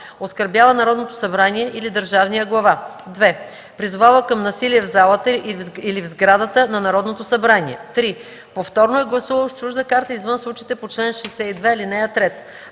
оскърбява Народното събрание или държавния глава; 2. призовава към насилие в залата или в сградата на Народното събрание; 3. повторно е гласувал с чужда карта извън случаите по чл. 62, ал. 3.